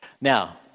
Now